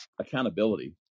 accountability